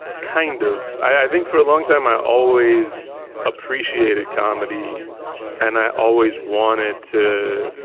kind of, i think for a long time i always appreciated comedy and i always wanted to